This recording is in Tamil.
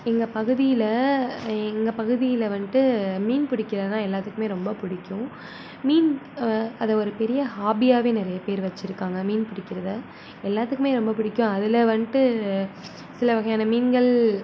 எங்கள் பகுதியில் எங்கள் பகுதியில் வந்துட்டு மீன் பிடிக்கிறதுனா எல்லோத்துக்குமே ரொம்ப பிடிக்கும் மீன் அதை ஒரு பெரிய ஹாபியாகவே நிறைய பேர் வைச்சிருக்காங்க மீன் பிடிக்கிறதை எல்லோத்துக்குமே ரொம்ப பிடிக்கும் அதில் வந்துட்டு சில வகையான மீன்கள்